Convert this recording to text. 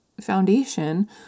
foundation